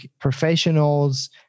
professionals